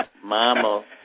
mama